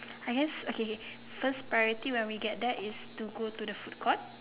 I guess okay first priority when we get there is to go to the food court